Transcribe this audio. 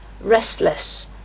restless